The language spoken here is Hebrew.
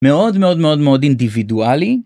מאוד מאוד מאוד מאוד אינדיבידואלי